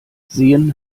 sehen